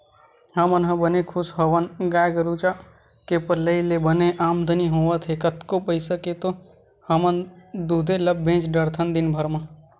हमन ह बने खुस हवन गाय गरुचा के पलई ले बने आमदानी होवत हे कतको पइसा के तो हमन दूदे ल बेंच डरथन दिनभर म